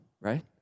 right